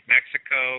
Mexico